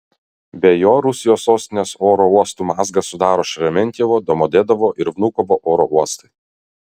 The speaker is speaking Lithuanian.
be jo rusijos sostinės oro uostų mazgą sudaro šeremetjevo domodedovo ir vnukovo oro uostai